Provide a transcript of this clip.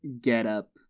getup